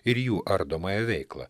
ir jų ardomąją veiklą